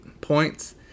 points